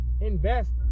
Invest